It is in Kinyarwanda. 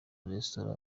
resitora